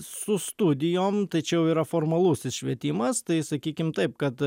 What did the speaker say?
su studijom tai čia jau yra formalusis švietimas tai sakykim taip kad